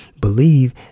believe